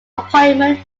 appointment